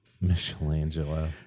Michelangelo